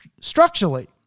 structurally